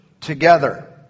together